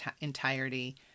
entirety